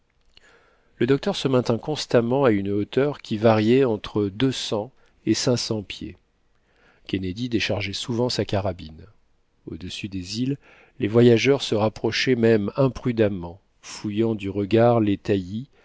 le docteur se maintint constamment à une hauteur qui variait entre deux cents et cinq cents pieds kennedy déchargeait souvent sa carabine au-dessus des îles les voyageurs se rapprochaient même imprudemment fouillant du regard les taillis